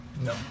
No